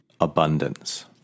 abundance